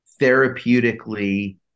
therapeutically